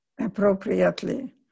appropriately